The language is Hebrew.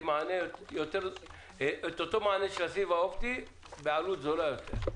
את אותו מענה של הסיב האופטי בעלות זולה יותר.